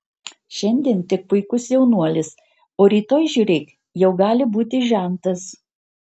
šiandien tik puikus jaunuolis o rytoj žiūrėk jau gali būti žentas